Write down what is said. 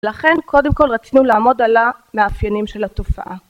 לכן קודם כל רצינו לעמוד על המאפיינים של התופעה